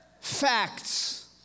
Facts